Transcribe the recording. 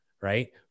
Right